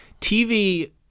tv